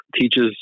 teaches